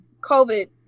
COVID